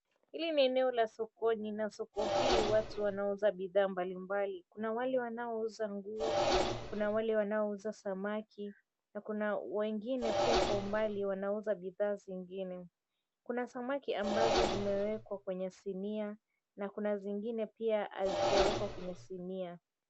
Hii ni eneo la sokoni na soko hii watu wanauza bidhaa mbalimbali. Kuna wale wanaouza nguo, kuna wale wanaouza samaki, na kuna wengine pia kwa umbali wanauza bidhaa zingine. Kuna samaki ambazo zimewekwa kwenye sinia, na kuna zingine pia hazijawek𝑤a kwenye sinia.